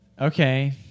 Okay